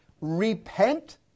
Repent